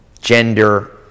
gender